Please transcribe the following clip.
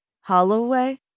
Holloway